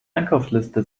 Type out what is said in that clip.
einkaufsliste